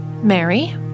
Mary